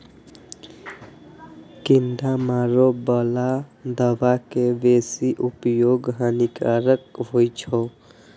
कीड़ा मारै बला दवा के बेसी उपयोग हानिकारक होइ छै